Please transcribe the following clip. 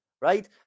Right